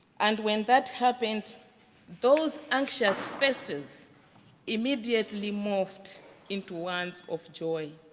and when that happened those anxious faces immediately moved into ones of joy.